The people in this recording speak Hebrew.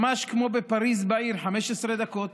ממש כמו בפריז, בעיר, 15 דקות,